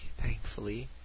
thankfully